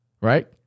Right